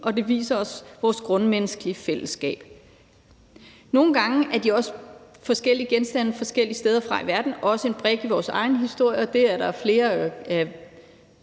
og det viser os vores grundmenneskelige fællesskab. Nogle gange er de forskellige genstande fra forskellige steder i verden også en brik i vores egen historie. Det er der flere